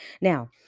Now